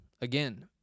again